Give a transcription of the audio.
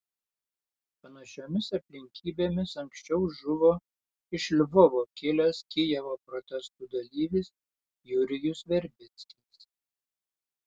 panašiomis aplinkybėmis anksčiau žuvo iš lvovo kilęs kijevo protestų dalyvis jurijus verbickis